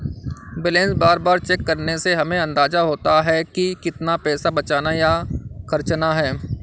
balance बार बार check करने से हमे अंदाज़ा होता है की कितना पैसा बचाना या खर्चना है